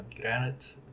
granite